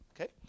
okay